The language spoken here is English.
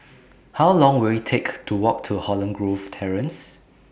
How Long Will IT Take to Walk to Holland Grove Terrace